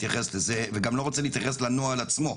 ואני גם לא רוצה להתייחס לנוהל עצמו.